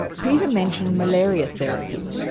peter mentioned malaria therapy,